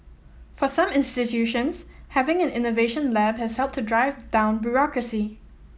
for some institutions having an innovation lab has helped to drive down bureaucracy